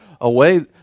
away